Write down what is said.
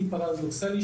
כי